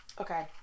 Okay